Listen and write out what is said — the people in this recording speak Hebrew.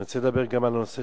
אני רוצה לדבר גם על נושא